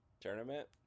tournament